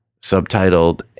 subtitled